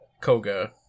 Koga